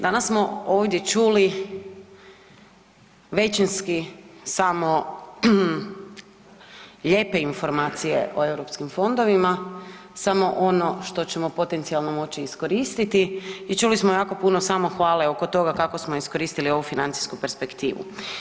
Danas smo ovdje čuli većinski samo lijepe informacije o europskim fondovima, samo ono što ćemo potencijalno moći iskoristiti i čuli smo jako puno samohvale oko toga kako smo iskoristili ovu financijsku perspektivu.